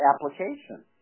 application